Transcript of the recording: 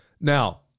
Now